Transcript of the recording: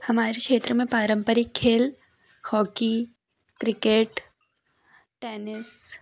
हमारे क्षेत्र में पारंपरिक खेल हॉकी क्रिकेट टेनिस